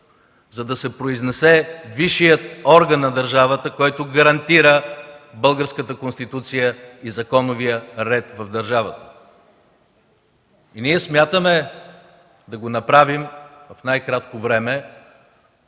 за да се произнесе висшият орган на държавата, който гарантира българската Конституция и законовия ред в държавата. Ние смятаме да го направим в най-кратко време